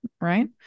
Right